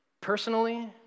personally